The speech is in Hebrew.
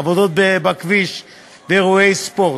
עבודות בכביש ואירועי ספורט.